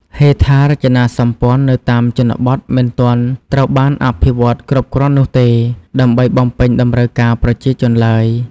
ហេដ្ឋារចនាសម្ព័ន្ធនៅតាមជនបទមិនទាន់ត្រូវបានអភិវឌ្ឍគ្រប់គ្រាន់នោះទេ ដើម្បីបំពេញតម្រូវការប្រជាជនឡើយ។